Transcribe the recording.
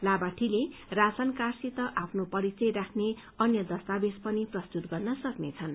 लाभार्थीले ration कार्डसित आफ्नो परिचय राख्ने अन्य दस्तावेज पनि प्रस्तुत गर्न सक्नेछन्